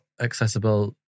accessible